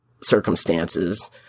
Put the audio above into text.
circumstances